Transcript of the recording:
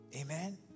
Amen